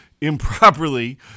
improperly